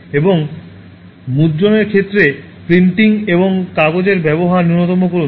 এবং মুদ্রণের ক্ষেত্রে প্রিন্টিং এবং কাগজের ব্যবহার ন্যূনতম করুন